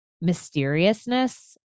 mysteriousness